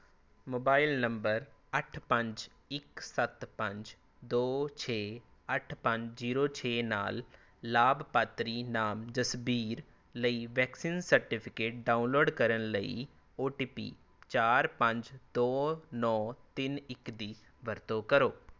mobile number ਅੱਠ ਪੰਜ ਇੱਕ ਸੱਤ ਪੰਜ ਦੋ ਛੇ ਅੱਠ ਪੰਜ ਜ਼ੀਰੋ ਛੇ ਨਾਲ ਲਾਭਪਾਤਰੀ ਨਾਮ ਜਸਬੀਰ ਲਈ ਵੈਕਸੀਨ ਸਰਟੀਫਿਕੇਟ ਡਾਊਨਲੋਡ ਕਰਨ ਲਈ ਓ ਟੀ ਪੀ ਚਾਰ ਪੰਜ ਦੋ ਨੌਂ ਤਿੰਨ ਇੱਕ ਦੀ ਵਰਤੋਂ ਕਰੋ